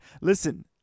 listen